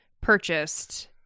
purchased